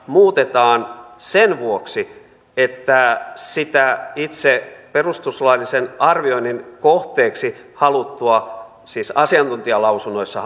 muutetaan sen vuoksi että sitä itse perustuslaillisen arvioinnin kohteeksi haluttua siis asiantuntijalausunnoissa